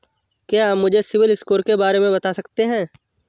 क्या आप मुझे सिबिल स्कोर के बारे में बता सकते हैं?